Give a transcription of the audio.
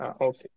Okay